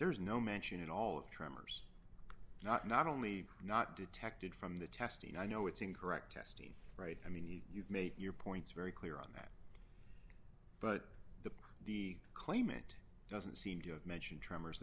there is no mention at all of tremors not not only not detected from the testing i know it's incorrect testing right i mean you've made your points very clear on that but the the claimant doesn't seem to mention tremors